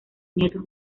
nietos